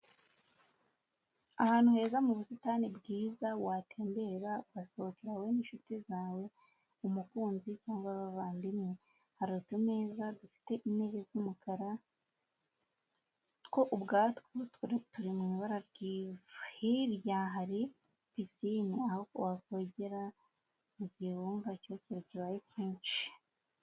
Ahantu heza mu busitani bwiza watembera ugasohoka, wowe n'inshuti zawe, umukunzi cyangwa abavandimwe. harasa neza dufite intebe z'umukara, two ubwatwori turi mw'ibara ryivu. Hirya hari pisine aho wakogera mu gihe wumva icyokere kibaye kinshi.